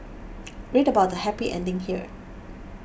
read about the happy ending here